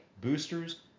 boosters